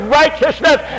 righteousness